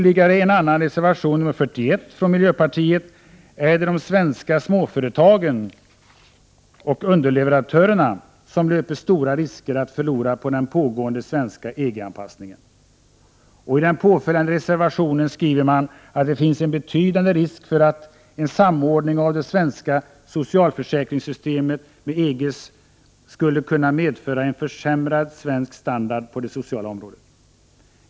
I en annan reservation, nr 41 från miljöpartiet, är det de svenska småföretagen, bl.a. underleverantörerna, som löper stora risker att förlora på den pågående svenska EG-anpassningen. I påföljande reservation skriver man att det finns en betydande risk för att en samordning av det svenska socialförsäkringssystemet med EG:s skulle kunna medföra en försämrad svensk standard på det sociala området.